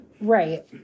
Right